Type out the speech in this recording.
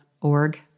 org